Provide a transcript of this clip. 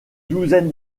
douzaine